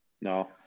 No